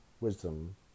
wisdom